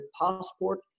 passport